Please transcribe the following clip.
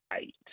eight